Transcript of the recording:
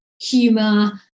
humour